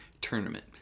tournament